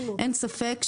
אין ספק,